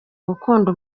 gukunda